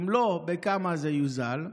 אם לא, בכמה זה יוזל?